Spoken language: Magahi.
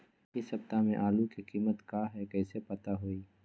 इ सप्ताह में आलू के कीमत का है कईसे पता होई?